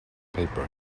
paper